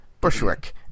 Bushwick